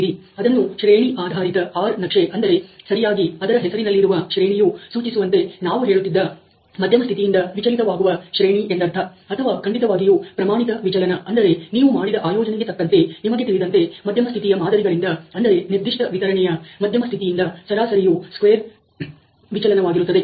ಅದನ್ನು ಶ್ರೇಣಿ ಆಧಾರಿತ R ನಕ್ಷೆ ಅಂದರೆ ಸರಿಯಾಗಿ ಅದರ ಹೆಸರಿನಲ್ಲಿರುವ ಶ್ರೇಣಿಯು ಸೂಚಿಸುವಂತೆ ನಾವು ಹೇಳುತ್ತಿದ್ದ ಮಧ್ಯಮ ಸ್ಥಿತಿಯಿಂದ ವಿಚಲಿತವಾಗುವ ಶ್ರೇಣಿ ಎಂದರ್ಥ ಅಥವಾ ಖಂಡಿತವಾಗಿಯೂ ಪ್ರಮಾಣಿತ ವಿಚಲನ ಅಂದರೆ ನೀವು ಮಾಡಿದ ಆಯೋಜನೆಗೆ ತಕ್ಕಂತೆ ನಿಮಗೆ ತಿಳಿದಂತೆ ಮಧ್ಯಮ ಸ್ಥಿತಿಯ ಮಾದರಿಗಳಿಂದ ಅಂದರೆ ನಿರ್ದಿಷ್ಟ ವಿತರಣೆಯ ಮಧ್ಯಮ ಸ್ಥಿತಿಯಿಂದ ಸರಾಸರಿಯು ಸ್ಕ್ವೇರ್ ವಿಚಲಿನವಾಗಿರುತ್ತದೆ